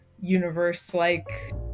universe-like